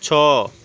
ଛଅ